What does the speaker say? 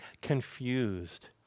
confused